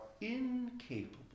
incapable